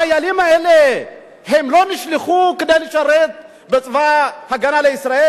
החיילים האלה לא נשלחו כדי לשרת בצבא-הגנה לישראל?